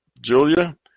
Julia